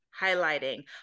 highlighting